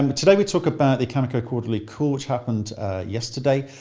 um but today we talk about the cameco quarterly call which happened yesterday.